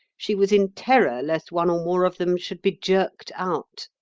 she was in terror lest one or more of them should be jerked out.